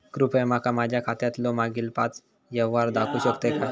कृपया माका माझ्या खात्यातलो मागील पाच यव्हहार दाखवु शकतय काय?